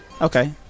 Okay